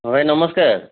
ହଁ ଭାଇ ନମସ୍କାର